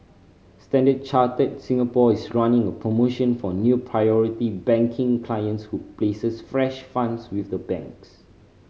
Standard Chartered Singapore is running a promotion for new Priority Banking clients who places fresh funds with the bank